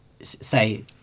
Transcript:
say